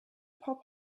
pop